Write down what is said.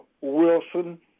Wilson